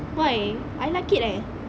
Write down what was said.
why I like it leh